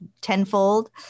tenfold